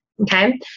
Okay